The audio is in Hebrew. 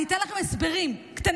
אני אתן לכם הסברים קטנים,